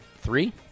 three